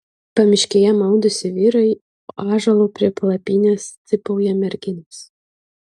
pamiškėje maudosi vyrai po ąžuolu prie palapinės cypauja merginos